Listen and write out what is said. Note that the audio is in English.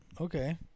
Okay